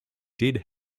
did